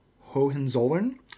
Hohenzollern